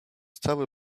cały